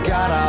God